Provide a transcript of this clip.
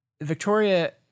Victoria